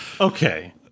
okay